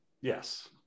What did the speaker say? Yes